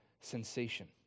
sensation